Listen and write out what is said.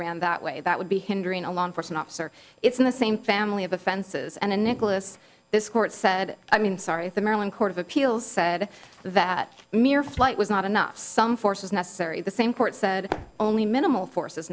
ran that way that would be hindering a law enforcement officer it's in the same family of offenses and a nicholas this court said i mean sorry if the maryland court of appeals said that mere flight was not enough some force was necessary the same court said only minimal force